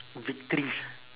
victories